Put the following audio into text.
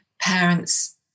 parents